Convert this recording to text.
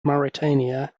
mauritania